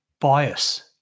Bias